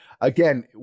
Again